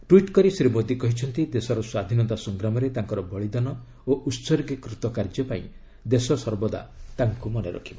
tweet କରି ଶ୍ରୀ ମୋଦି କହିଛନ୍ତି ଦେଶର ସ୍ୱାଧୀନତା ସଂଗ୍ରାମରେ ତାଙ୍କର ବଳିଦାନ ଓ ଉତ୍ସର୍ଗୀକୃତ କାର୍ଯ୍ୟ ପାଇଁ ଦେଶ ସର୍ବଦା ତାଙ୍କୁ ମନେରଖିବ